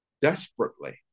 desperately